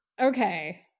Okay